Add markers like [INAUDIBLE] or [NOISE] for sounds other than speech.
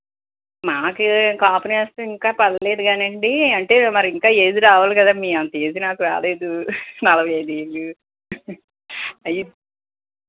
మాకు కాపు నేస్తం [UNINTELLIGIBLE] ఇంకా పడలేదు కానీ అండి అంటే మరి ఇంకా ఏజ్ రావాలి కదా అన్నయ్య మీ అంతా ఏజ్ నాకు రాలేదు మీ అంత ఏజ్ నలభై ఐదు ఏజ్